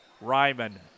Ryman